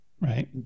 Right